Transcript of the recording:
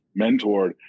mentored